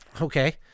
okay